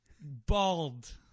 bald